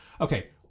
Okay